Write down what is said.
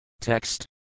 Text